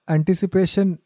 Anticipation